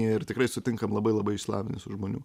ir tikrai sutinkam labai labai išsilavinusių žmonių